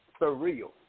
surreal